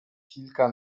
kilka